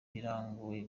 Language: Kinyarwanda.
biragoranye